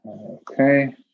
Okay